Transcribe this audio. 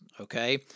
okay